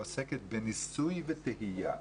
עוסק בניסוי וטעייה.